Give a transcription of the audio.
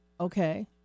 Okay